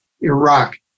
Iraq